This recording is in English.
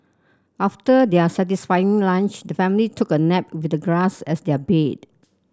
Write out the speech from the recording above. after their satisfying lunch the family took a nap with the grass as their bed